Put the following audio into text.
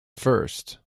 first